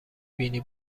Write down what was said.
بینی